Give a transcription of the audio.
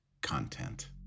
content